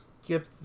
skip